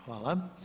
Hvala.